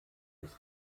des